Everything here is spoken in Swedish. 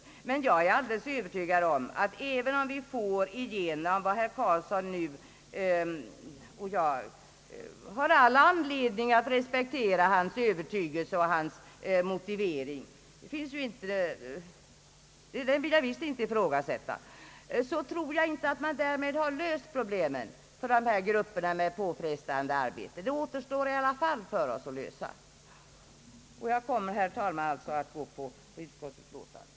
Jag är emellertid alldeles övertygad om att även om vi får igenom vad herr Carlsson föreslagit — jag har all anledning att respektera hans övertygelse och motivering, som jag visst inte vill ifrågasätta — har man därmed icke löst problemen för grupper med särskilt påfrestande arbete. De problemen återstår i alla fall att lösa. Herr talman! Jag kommer att rösta för bifall till utskottets förslag.